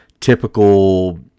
typical